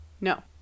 No